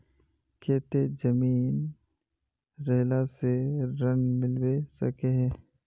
केते जमीन रहला से ऋण मिलबे सके है?